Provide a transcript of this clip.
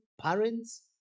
parents